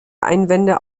einwände